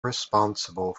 responsible